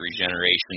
regeneration